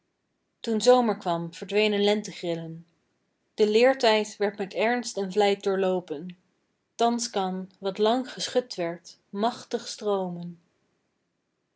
toen zomer kwam verdwenen lentegrillen de leertijd werd met ernst en vlijt doorloopen thans kan wat lang geschut werd machtig stroomen